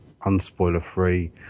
unspoiler-free